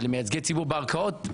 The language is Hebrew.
למייצגי ציבור בערכאות,